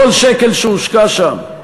כל שקל שהושקע שם,